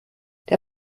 der